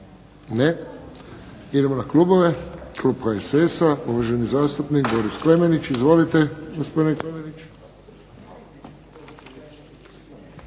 Ne. Idemo na klubove. Klub HSS-a uvaženi zastupnik Boris Klemenić. Izvolite gospodine Klemenić.